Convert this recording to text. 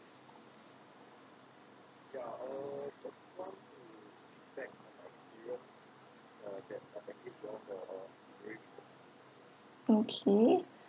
okay